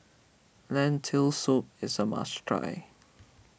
Lentil Soup is a must try